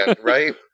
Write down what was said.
right